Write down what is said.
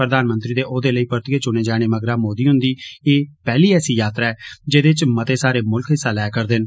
प्रधानमंत्री दे औहदे लेई परतिए चुने जाने मगरा मोदी हुन्दी ऐ पेहली ऐसी यात्रा ऐ जेदे च मते सारे मुल्ख हिस्सा लै रदे न